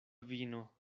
vino